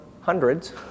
hundreds